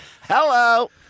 Hello